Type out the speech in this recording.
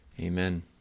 Amen